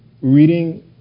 reading